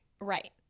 Right